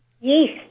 Yeast